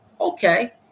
Okay